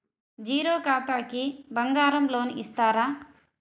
Zero ఖాతాకి బంగారం loan ఇస్తారా?